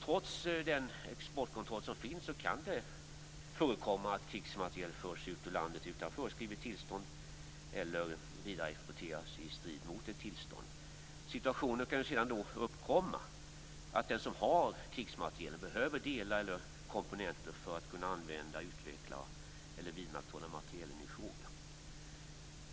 Trots den exportkontroll som finns kan det förekomma att krigsmateriel förs ut ur landet utan föreskrivet tillstånd eller att den vidareexporteras i strid mot ett tillstånd. Situationen kan sedan uppkomma att den som har krigsmaterielen behöver delar eller komponenter för att kunna använda, utveckla eller vidmakthålla materielen i fråga.